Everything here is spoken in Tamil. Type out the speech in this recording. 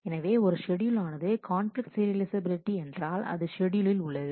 எனவே ஒரு ஷெட்யூல் ஆனது கான்பிலிக்ட் சீரியலைஃசபிலிட்டி என்றால் அது ஷெட்யூலில் உள்ளது